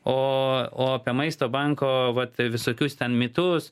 o apie maisto banko vat visokius ten mitus